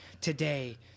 Today